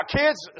kids